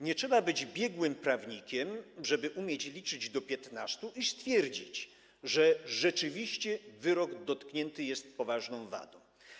Nie trzeba być biegłym prawnikiem, żeby umieć liczyć do 15 i stwierdzić, że rzeczywiście wyrok dotknięty jest poważną wadą.